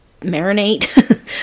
marinate